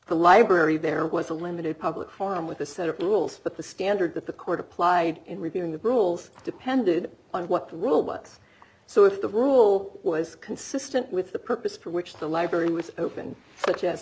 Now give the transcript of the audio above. the library there was a limited public forum with a set of rules but the standard that the court applied in reviewing the girls depended on what the rule was so if the rule was consistent with the purpose for which the library was open which as